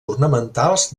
ornamentals